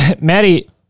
maddie